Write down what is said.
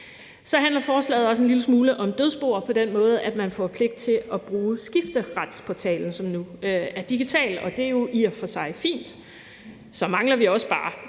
Så handler forslaget også en lille smule om dødsboer på den måde, at man får pligt til at bruge Skifteportalen, som nu er digital, og det er jo i og for sig fint. Så mangler vi også bare,